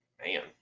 Man